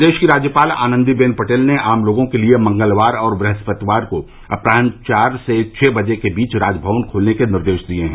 प्रदेश की राज्यपाल आनन्दी बेन पटेल ने आम लोगों के लिये मंगलवार और बृहस्पतिवार को अपरान्ह चार से छह बजे के बीच राजमवन खोलने के निर्देश दिये हैं